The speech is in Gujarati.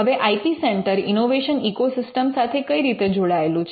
હવે I P centre innovation ecosystem સાથે કઈ રીતે જોડાયેલું છે